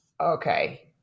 Okay